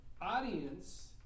audience